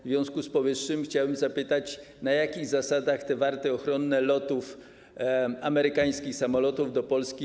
W związku z powyższym chciałbym zapytać: Na jakich zasadach odbywają się warty ochronne lotów amerykańskich samolotów do Polski?